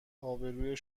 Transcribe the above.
آبروی